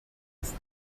ist